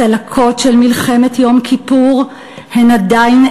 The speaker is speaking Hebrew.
הצלקות של מלחמת יום כיפור הן עדיין